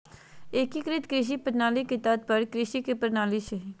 एग्रीकृत कृषि प्रणाली के तात्पर्य कृषि के प्रणाली से हइ